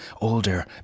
older